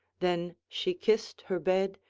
then she kissed her bed,